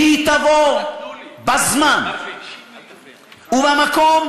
והיא תבוא בזמן ובמקום,